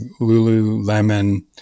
Lululemon